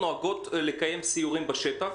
נוהגת לקיים סיורים בשטח.